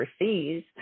overseas